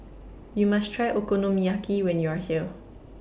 YOU must Try Okonomiyaki when YOU Are here